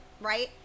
right